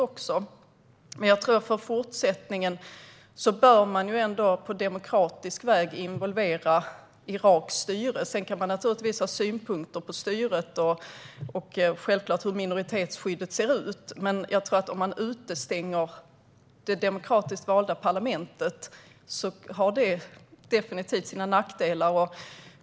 Fortsättningsvis bör man involvera Iraks styre på demokratisk väg. Sedan kan man naturligtvis ha synpunkter på hur styret - och självfallet minoritetsskyddet - ser ut, men om man utestänger det demokratiskt valda parlamentet har det definitivt nackdelar.